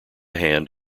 hand